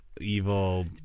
Evil